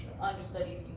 understudy